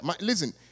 listen